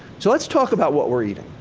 so, let's talk about what we're eating.